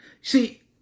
See